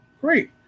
great